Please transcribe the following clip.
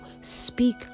speak